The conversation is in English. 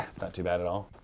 it's not too bad at all.